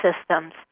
systems